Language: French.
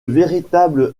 véritable